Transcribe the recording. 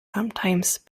sometimes